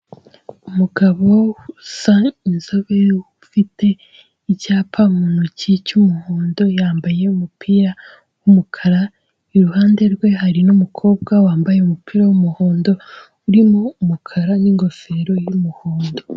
Umugabo usa inzobe ufite icyapa mu ntoki cy'umuhondo yambaye umupira w'umukara, iruhande rwe hari n'umukobwa wambaye umupira w'umuhondo urimo umukara n'ingofero y'umuhondo.